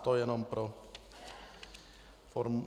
To jenom pro formu.